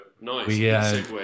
Nice